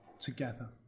together